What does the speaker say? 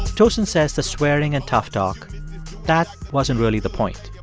tosin says the swearing and tough talk that wasn't really the point.